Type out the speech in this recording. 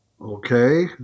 Okay